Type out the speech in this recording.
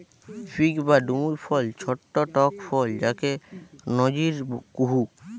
fig বা ডুমুর ফল ছট্ট টক ফল যাকে নজির কুহু